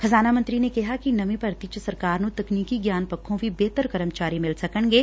ਖ਼ਜ਼ਾਨਾ ਮੰਤਰੀ ਨੇ ਕਿਹਾ ਕਿ ਨਵੀਂ ਭਰਤੀ ਚ ਸਰਕਾਰ ਨੂੰ ਤਕਨੀਕੀ ਗਿਆਨ ਪੱਖੋਂ ਵੀ ਬਿਹਤਰ ਕਰਮਚਾਰੀ ਮਿਲ ਸਕਣਗੇ